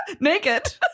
Naked